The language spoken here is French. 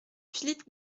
philippe